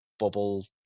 bubble